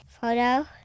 photo